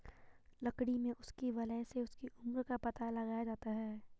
लकड़ी में उसकी वलय से उसकी उम्र का पता लगाया जाता है